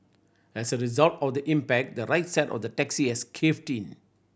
as a result of the impact the right side of the taxi had caved in